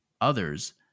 Others